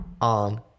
on